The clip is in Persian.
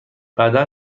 بعدا